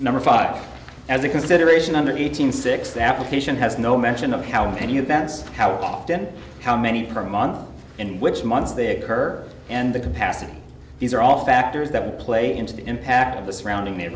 number five as a consideration under eight hundred six the application has no mention of how many events how often how many per month and which months they occur and the capacity these are all factors that play into the impact of the surrounding